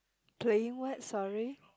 playing what sorry